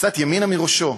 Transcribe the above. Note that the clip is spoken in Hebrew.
/ קצת ימינה מראשו'.